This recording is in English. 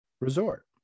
Resort